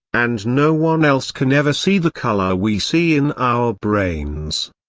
and no one else can ever see the color we see in our brains.